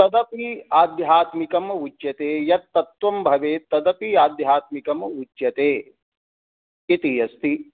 तदपि आध्यात्मिकम् उच्यते यत्तत्त्वं भवेत् तदपि आध्यात्मिकम् उच्यते इति अस्ति